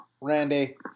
Randy